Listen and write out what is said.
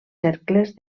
cercles